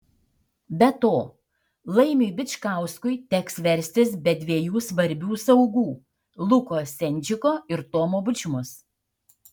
be to laimiui bičkauskui teks verstis be dviejų svarbių saugų luko sendžiko ir tomo bučmos